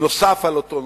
נוסף של אותו נושא.